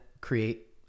create